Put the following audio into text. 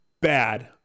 Bad